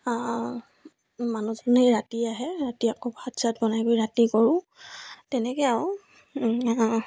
মানুহজনে ৰাতি আহে ৰাতি আকৌ ভাত চাত বনাই কৰি ৰাতি কৰোঁ তেনেকৈ আৰু